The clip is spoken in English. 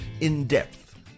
in-depth